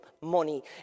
money